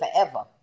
forever